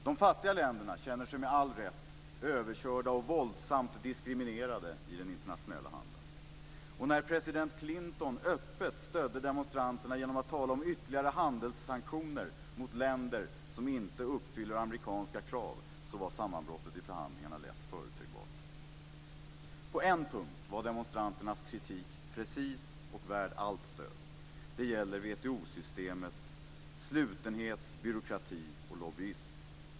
De fattiga länderna känner sig med all rätt överkörda och våldsamt diskriminerade i den internationella handeln. När president Clinton öppet stödde demonstranterna genom att tala om ytterligare handelssanktioner mot länder som inte uppfyller amerikanska krav var sammanbrottet i förhandlingarna lätt förutsägbart. På en punkt var demonstranternas kritik precis och värd allt stöd. Det gäller WTO-systemets slutenhet, byråkrati och lobbyism.